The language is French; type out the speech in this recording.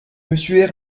monsieur